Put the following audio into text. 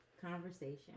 conversation